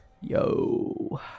Yo